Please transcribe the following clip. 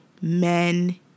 men